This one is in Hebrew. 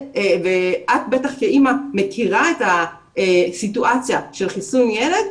ואת כאימא בוודאי מכירה את הסיטואציה של חיסון ילד,